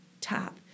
top